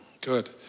Good